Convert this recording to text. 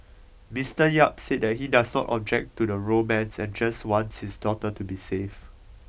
mister Yap said that he does not object to the romance and just wants his daughter to be safe